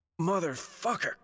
Motherfucker